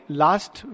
last